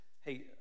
hey